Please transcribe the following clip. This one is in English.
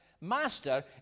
Master